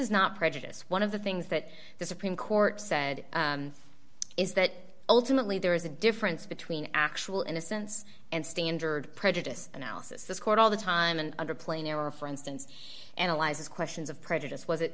is not prejudice one of the things that the supreme court said is that ultimately there is a difference between actual innocence and standard prejudice analysis this court all the time and under player for instance analyzes questions of prejudice was it